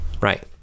Right